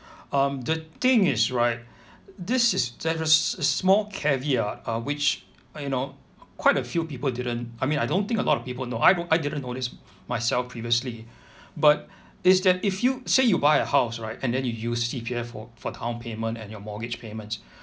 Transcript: um the thing is right this is there's s~ small caveat ah uh which you know quite a few people didn't I mean I don't think a lot people know I don't I didn't know this myself previously but is that if you say you buy a house right and then you use C_P_F for for downpayment and your mortgage payments